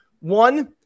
One